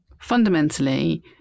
fundamentally